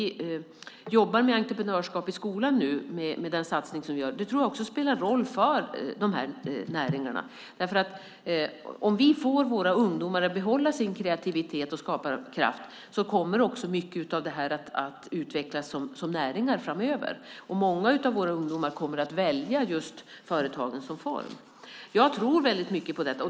Vi jobbar med en satsning på entreprenörskap i skolan. Det spelar en roll för dessa näringar. Om vi får våra ungdomar att behålla sin kreativitet och skaparkraft kommer också mycket att utvecklas som näringar framöver. Många av våra ungdomar kommer att välja företagen som form. Jag tror mycket på detta.